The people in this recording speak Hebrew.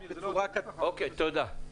תודה.